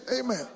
amen